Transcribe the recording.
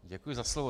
Děkuji za slovo.